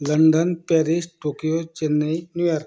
London Paris Tokyo Chennai New York